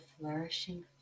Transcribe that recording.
flourishing